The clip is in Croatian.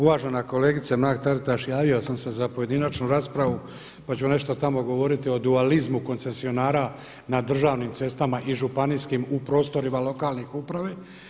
Uvažena kolegice Mrak-Taritaš javio sam se za pojedinačnu raspravu pa ću nešto tamo govoriti o dualizmu koncesionara na državnim cestama i županijskim u prostorima lokalne uprave.